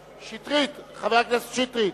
חבר הכנסת שטרית,